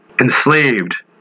enslaved